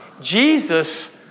Jesus